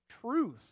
truth